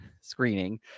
screening